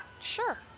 Sure